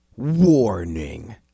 Warning